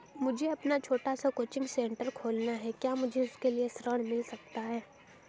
मुझे अपना छोटा सा कोचिंग सेंटर खोलना है क्या मुझे उसके लिए ऋण मिल सकता है?